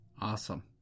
awesome